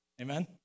Amen